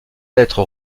être